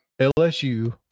LSU